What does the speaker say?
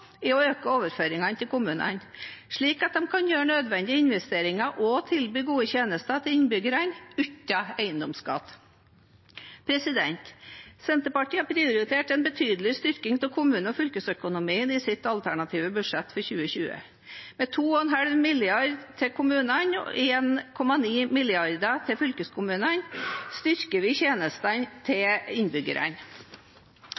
er å øke overføringene til kommunene, slik at de kan gjøre nødvendige investeringer og tilby gode tjenester til innbyggerne – uten eiendomsskatt. Senterpartiet har prioritert en betydelig styrking av kommune- og fylkesøkonomien i sitt alternative budsjett for 2020. Med 2,5 mrd. kr til kommunene og 1,9 mrd. kr til fylkeskommunene styrker vi tjenestene til